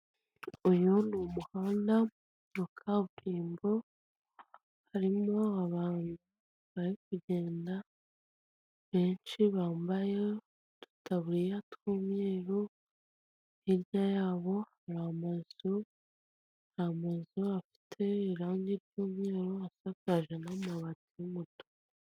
Uyu ni umuhanda wa kaburimbo harimo abantu bari kugenda benshi bambaye udutaburi tw'umweru, hirya yabo hari amazu afite irange ry'umweru asakajwe n'amabati y'umutuku.